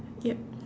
yup